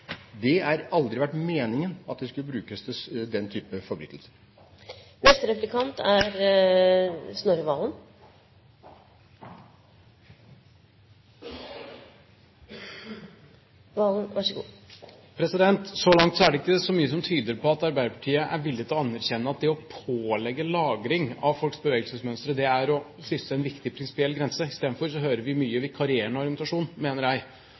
Det har aldri vært meningen at det skulle brukes til den type forbrytelser. Så langt er det ikke så mye som tyder på at Arbeiderpartiet er villig til å anerkjenne at det å pålegge lagring av folks bevegelsesmønstre, er å krysse en viktig prinsipiell grense. Istedenfor hører vi mye vikarierende argumentasjon, mener jeg,